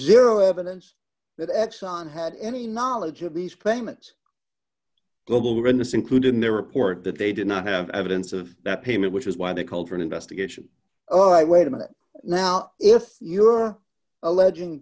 zero evidence that acts on had any knowledge of these payments global in this including their report that they did not have evidence of that payment which is why they called for an investigation oh i wait a minute now if you're alleging